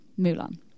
Mulan